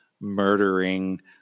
murdering